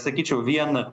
sakyčiau vien